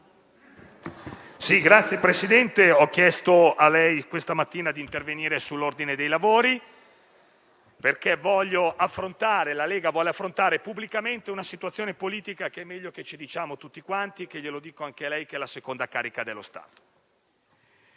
Signor Presidente, ho chiesto a lei questa mattina di intervenire sull'ordine dei lavori, perché la Lega desidera affrontare pubblicamente una situazione politica che è meglio che ci diciamo tutti quanti e che intendo comunicare anche a lei che è la seconda carica dello Stato.